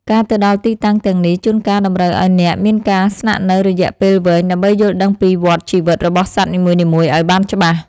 ការទៅដល់ទីតាំងទាំងនេះ ជួនកាលតម្រូវឱ្យអ្នកមានការស្នាក់នៅរយៈពេលវែងដើម្បីយល់ដឹងពីវដ្តជីវិតរបស់សត្វនីមួយៗឱ្យបានច្បាស់។